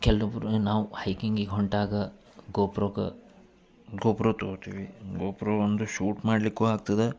ಕೆಲೊಬ್ರು ನಾವು ಹೈಕಿಂಗಿಗೆ ಹೊಂಟಾಗ ಗೊಬ್ರಗ ಗೊಬ್ರು ತಗೋತಿವಿ ಗೊಬ್ರು ಅಂದರೆ ಶೂಟ್ ಮಾಡಲಿಕ್ಕೂ ಆಗ್ತದೆ